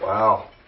Wow